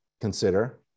consider